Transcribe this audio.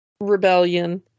rebellion